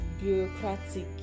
bureaucratic